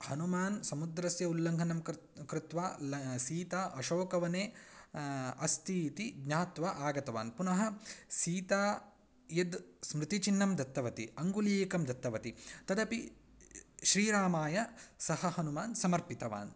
हनुमान् समुद्रस्य उल्लङ्घनं कर्तुं कृत्वा ल सीता अशोकवने अस्ति इति ज्ञात्वा आगतवान् पुनः सीता यद् स्मृतिचिन्नं दत्तवती अङ्गुलीयकं दत्तवती तदपि श्रीरामाय सः हनुमान् समर्पितवान्